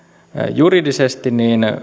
juridisesti